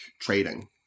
trading